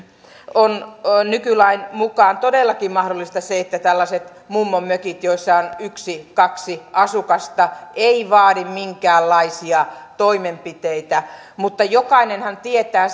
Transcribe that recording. on on nykylain mukaan todellakin mahdollista se että tällaiset mummonmökit joissa on yksi kaksi asukasta eivät vaadi minkäänlaisia toimenpiteitä mutta jokainenhan tietää